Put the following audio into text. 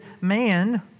man